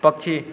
पक्षी